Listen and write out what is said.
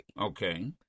Okay